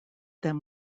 them